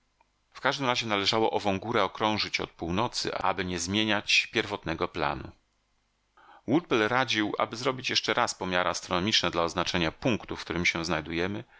w każdym razie należało ową górę okrążyć od północy aby nie zmieniać pierwotnego planu woodbell radził aby zrobić jeszcze raz pomiary astronomiczne dla oznaczenia punktu w którym się znajdujemy